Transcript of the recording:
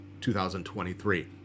2023